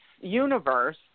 universe